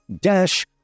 dash